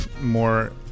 more